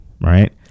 Right